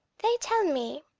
they tell me,